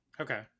Okay